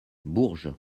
bourges